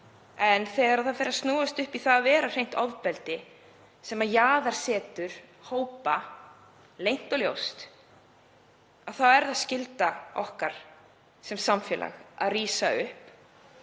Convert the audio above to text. En þegar það fer að snúast upp í það að vera hreint ofbeldi sem jaðarsetur hópa leynt og ljóst er það skylda okkar sem samfélags að rísa upp